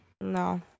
No